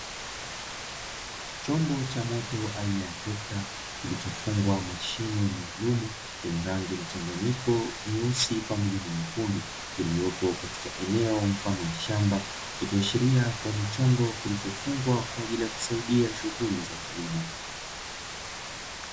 Chombo cha moto aina ya trekta kilichofungwa mashine maalumu yenye rangi mchanganyiko nyeusi, pamoja na nyekundu, iliyopo katika eneo mfano wa shamba, ikiashiria kuwa ni chombo kilichofungwa kwa ajili ya kusaidia shughuli za kilimo.